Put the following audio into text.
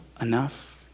enough